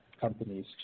companies